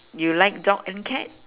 you like dog and cat